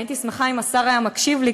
הייתי שמחה אם השר היה מקשיב לי,